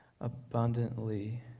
abundantly